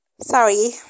sorry